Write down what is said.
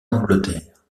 angleterre